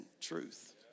truth